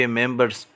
members